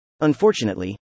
Unfortunately